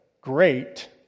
great